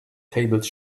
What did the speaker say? tables